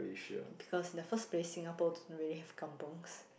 because in the first place Singapore don't really have kampungs